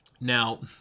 Now